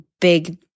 big